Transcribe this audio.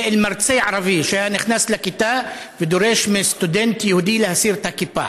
עם מרצה ערבי שהיה נכנס לכיתה ודורש מסטודנט יהודי להסיר את הכיפה?